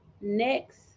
next